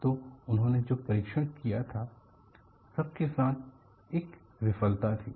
तो उन्होंने जो परीक्षण किया था सब के साथ एक विफलता थी